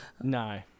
no